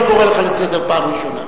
אני קורא אותך לסדר פעם ראשונה.